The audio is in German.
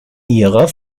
ihrer